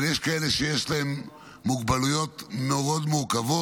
אבל יש כאלה שיש להם מוגבלויות מאוד מורכבות,